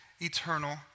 eternal